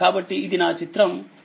కాబట్టిఇది నా చిత్రం 5